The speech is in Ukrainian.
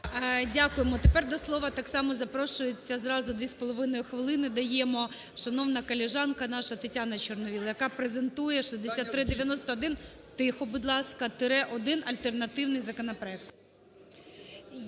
Дякуємо. Тепер до слова так само запрошується зразу 2,5 хвилини даємо шановна колежанка наша Тетяна Чорновол, яка презентує 6391 – тихо, будь ласка, – 1, альтернативний законопроект.